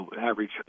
average